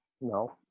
No